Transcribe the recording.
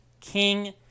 King